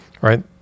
right